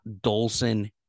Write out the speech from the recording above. Dolson